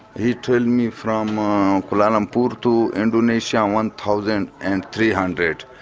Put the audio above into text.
he tell me from kuala lumpur to indonesia one thousand and three hundred